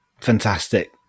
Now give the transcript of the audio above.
Fantastic